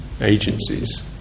agencies